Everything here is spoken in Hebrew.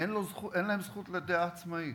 אין להם זכות לדעה עצמאית.